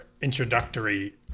introductory